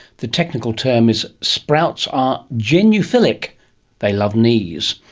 the technical term is sprouts are genuphilic they love knees.